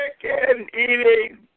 chicken-eating